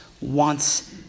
wants